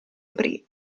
aprì